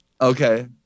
Okay